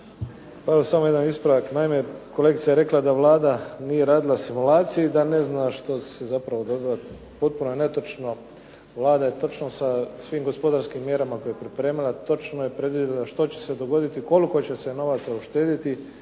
Evo samo jedan ispravak. Naime, kolegica je rekla da Vlada nije radila simulaciju i da ne zna što se zapravo događa. Potpuno je netočno. Vlada je točno sa svim gospodarskim mjerama koje je pripremala točno je predvidjela što će se dogoditi, koliko će se novaca uštediti